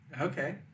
Okay